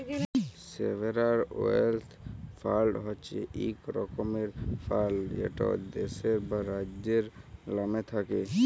sovereign wealth fund হছে ইক রকমের ফাল্ড যেট দ্যাশের বা রাজ্যের লামে থ্যাকে